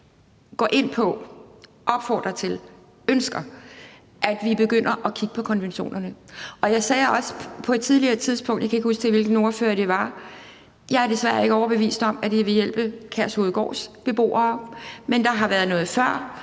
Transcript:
går ind for, opfordrer til, ønsker, at vi begynder at kigge på konventionerne. Jeg sagde også på et tidligere tidspunkt – jeg kan ikke huske, til hvilken ordfører det var – at jeg desværre ikke er overbevist om, at det vil hjælpe Kærshovedgårds beboere, men der har været noget før,